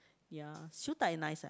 ya Siew Dai nice eh